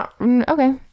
okay